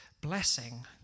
blessing